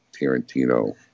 Tarantino